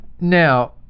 Now